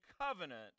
covenant